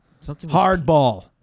Hardball